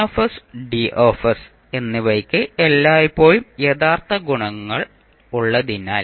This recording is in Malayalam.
N D എന്നിവയ്ക്ക് എല്ലായ്പ്പോഴും യഥാർത്ഥ ഗുണകങ്ങൾ ഉള്ളതിനാൽ